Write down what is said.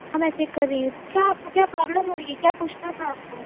ہاں میں چیک کر رہی ہوں کیا آپ کو کیا پرابلم ہو رہی ہے کیا پوچھنا تھا آپ کو